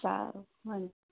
સારું હા